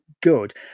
good